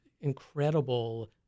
incredible